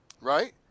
right